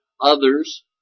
others